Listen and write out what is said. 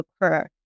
occur